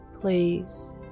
please